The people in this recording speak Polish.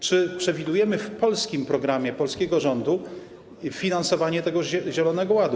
Czy przewidujemy w polskim programie, polskiego rządu, finansowanie tego zielonego ładu?